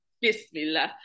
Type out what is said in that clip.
Bismillah